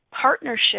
partnership